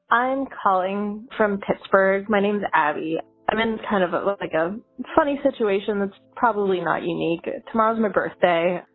i'm calling from pittsburgh. my name is avi. i'm in kind of ah but like a funny situation that's probably not unique. tomorrow's my birthday,